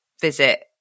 visit